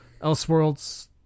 Elseworlds